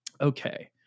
Okay